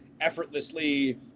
effortlessly